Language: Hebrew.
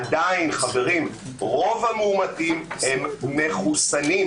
עדיין רוב המאומתים הם מחוסנים.